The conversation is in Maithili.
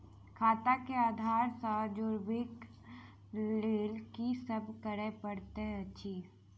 खाता केँ आधार सँ जोड़ेबाक लेल की सब करै पड़तै अछि?